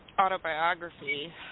autobiography